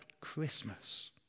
Christmas